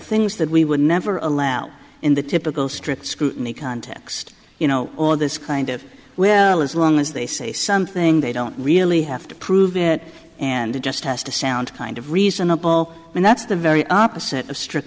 things that we would never allow in the typical strict scrutiny context you know on this kind of well as long as they say something they don't really have to prove it and it just has to sound kind of reasonable and that's the very opposite of strict